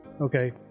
Okay